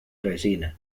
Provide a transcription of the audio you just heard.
resina